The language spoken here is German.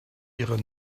ihre